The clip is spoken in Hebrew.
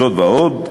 זאת ועוד,